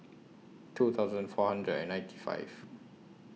two thousand four hundred and ninety five